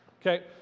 Okay